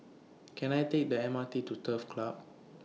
Can I Take The M R T to Turf Club